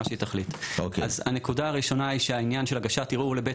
שהיא תחליט: הנקודה הראשונה היא שהעניין של הגשת ערעור לבית